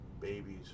babies